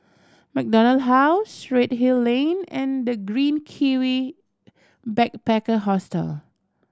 MacDonald House Redhill Lane and The Green Kiwi Backpacker Hostel